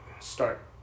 start